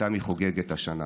שאותם היא חוגגת השנה.